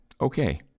Okay